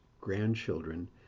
grandchildren